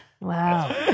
Wow